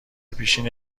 پیشین